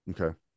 okay